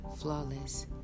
flawless